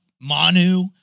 Manu